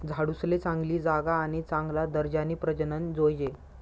झाडूसले चांगली जागा आणि चांगला दर्जानी प्रजनन जोयजे